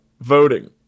Voting